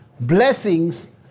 blessings